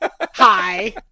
Hi